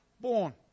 born